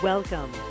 Welcome